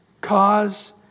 cause